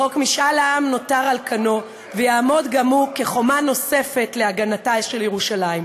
חוק משאל העם נותר על כנו ויעמוד גם הוא כחומה נוספת להגנתה של ירושלים.